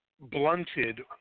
blunted